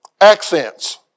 Accents